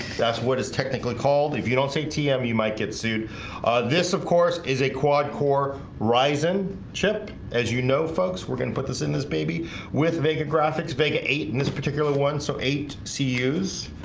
that's what is technically called if you don't say tm. you might get sued this of course is a quad-core rison chip as you know folks we're gonna put this in this baby with vega graphics vega eight in this particular one so eight c use